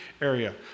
area